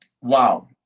Wow